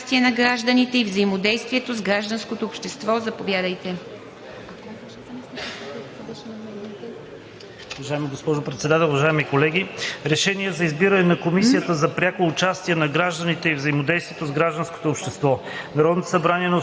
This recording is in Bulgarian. за прякото участие на гражданите и взаимодействието с гражданското общество се